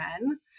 men